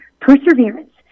Perseverance